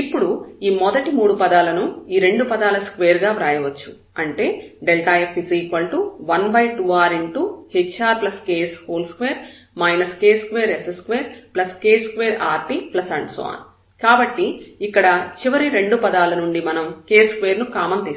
ఇప్పుడు ఈ మొదటి మూడు పదాలను ఈ రెండు పదాల స్క్వేర్ గా వ్రాయవచ్చు అంటే f12rhrks2 k2s2k2rt కాబట్టి ఇక్కడ చివరి రెండు పదాల నుండి మనం k2 ను కామన్ తీస్తాము